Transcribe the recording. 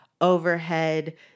overhead